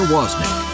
Wozniak